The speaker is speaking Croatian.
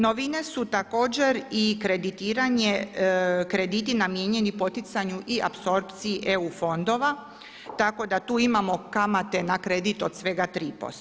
Novine su također i kreditiranje krediti namijenjeni poticanju i apsorpciji EU fondova tako da tu imamo kamate na kredit od svega 3%